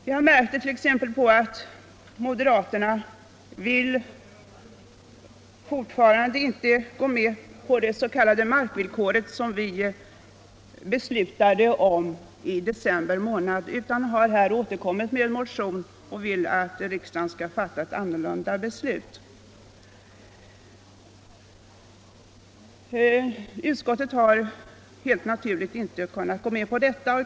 Vi har bl.a. noterat att moderaterna fortfarande är motståndare till det s.k. markvillkoret, som vi beslöt införa i december månad, och i en motion har yrkat att riksdagen skall ändra det fattade beslutet. Utskottet har helt naturligt inte kunnat gå med på detta.